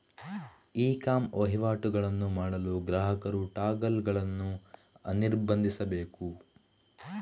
E com ವಹಿವಾಟುಗಳನ್ನು ಮಾಡಲು ಗ್ರಾಹಕರು ಟಾಗಲ್ ಗಳನ್ನು ಅನಿರ್ಬಂಧಿಸಬೇಕು